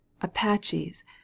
APACHES